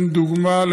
אתן דוגמה.